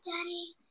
daddy